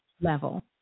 level